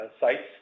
sites